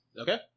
Okay